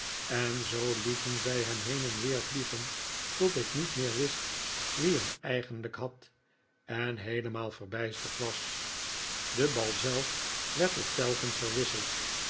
en zoo lieten zij hem heen en weer vliegen tot ik niet meer wist wie hem eigenlijk had en heelemaal verbijsterd was de bal zelf werd ook telkens verwisseld